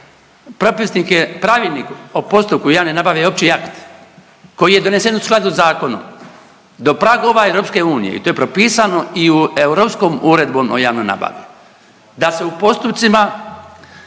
Pravilnik o postupku javne nabave je opći akt koji je donesen sa skladu sa zakonom …/Govornik se ne razumije./… EU i to je propisano i Europskom uredbom o javnoj nabavi da se u postupcima